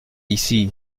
ici